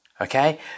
okay